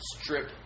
strip